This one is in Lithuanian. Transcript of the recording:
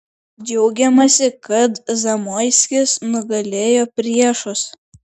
džiaugiamasi kad zamoiskis nugalėjo priešus